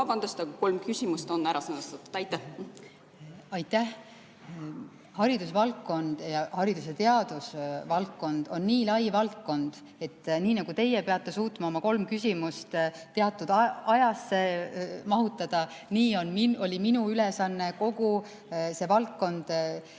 aga kolm küsimust on ära sõnastatud. Aitäh! Haridus‑ ja teadusvaldkond on nii lai valdkond, et nii nagu teie peate suutma oma kolm küsimust teatud aega mahutada, nii oli minu ülesanne kogu see valdkond mahutada